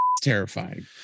terrifying